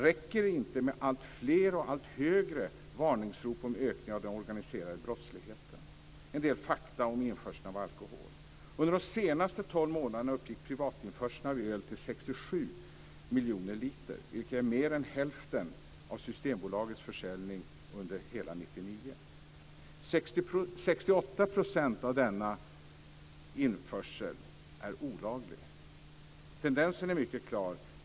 Räcker det inte med alltfler och allt högre varningsrop om ökning av den organiserade brottsligheten? En del fakta om införseln av alkohol: Under de senaste tolv månaderna uppgick privatinförseln av öl till 67 miljoner liter, vilket är mer än hälften av Systembolagets försäljning under hela 1999. 68 % av denna införsel är olaglig. Tendensen är mycket klar.